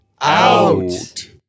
Out